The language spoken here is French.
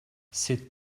c’est